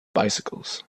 bicycles